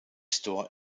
store